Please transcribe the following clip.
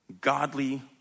Godly